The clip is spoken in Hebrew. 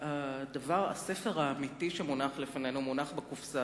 הספר האמיתי שמונח לפנינו נמצא בקופסה